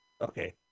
Okay